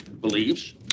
believes